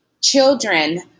children